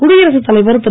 குடியரகத் தலைவர் திரு